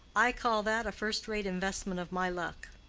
i call that a first-rate investment of my luck.